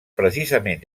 precisament